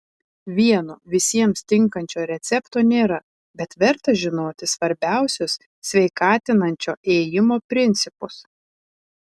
vieno visiems tinkančio recepto nėra bet verta žinoti svarbiausius sveikatinančio ėjimo principus